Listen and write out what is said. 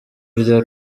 rya